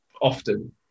often